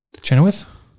Chenoweth